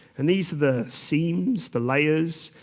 and these are the seams, the layers,